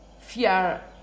fear